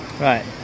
Right